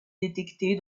détectés